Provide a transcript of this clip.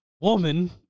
woman